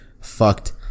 fucked